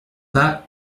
pas